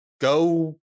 go